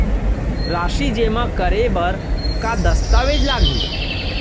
राशि जेमा करे बर का दस्तावेज लागही?